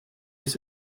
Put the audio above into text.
ist